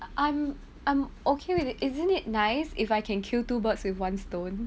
I'm I'm ok with it isn't it nice if I can kill two birds with one stone